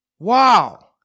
Wow